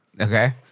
Okay